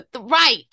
Right